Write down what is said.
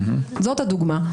זאת הדוגמה.